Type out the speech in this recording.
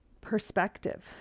perspective